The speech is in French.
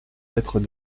lettres